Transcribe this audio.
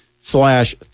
slash